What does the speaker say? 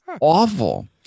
awful